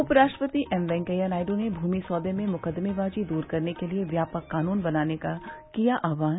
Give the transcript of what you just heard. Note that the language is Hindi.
उपराष्ट्रपति एम वेंकैया नायडू ने भूमि सौदे में मुकदमेबाजी दूर करने के लिए व्यापक कानून बनाने का किया आह्वान